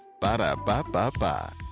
Ba-da-ba-ba-ba